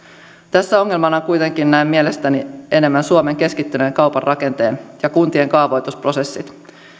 tässä ongelmana kuitenkin näen mielestäni enemmän suomen keskittyneen kaupan rakenteen ja kuntien kaavoitusprosessit